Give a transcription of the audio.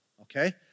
okay